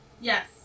Yes